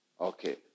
Okay